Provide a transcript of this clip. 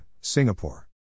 Singapore